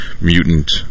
mutant